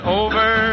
over